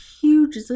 huge